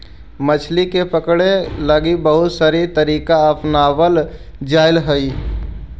मछली के पकड़े लगी बहुत सनी तरीका अपनावल जाइत हइ